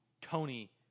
Tony